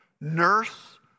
nurse